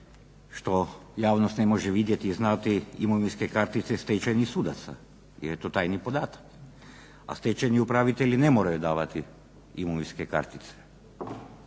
što javnost ne može vidjeti i znati imovinske kartice stečajnih sudaca jer je to tajni podatak, a stečajni upravitelji ne moraju davati imovinske kartice.